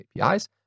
apis